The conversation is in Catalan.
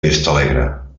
vistalegre